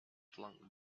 flung